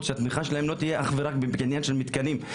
התמיכה לא תהיה אך ורק בעניין המתקנים,